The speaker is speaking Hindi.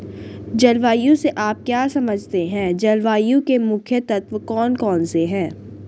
जलवायु से आप क्या समझते हैं जलवायु के मुख्य तत्व कौन कौन से हैं?